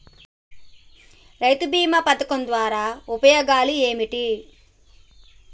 రైతు బీమా పథకం ద్వారా ఉపయోగాలు ఏమిటి?